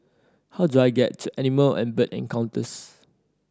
how do I get to Animal and Bird Encounters